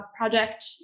project